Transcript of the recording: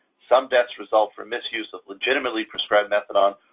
some deaths result from misuse of legitimately prescribed methadone,